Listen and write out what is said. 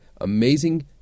amazing